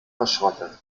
verschrottet